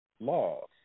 laws